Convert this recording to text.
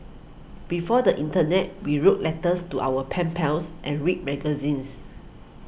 before the internet we wrote letters to our pen pals and read magazines